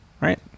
Right